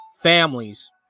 families